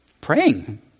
praying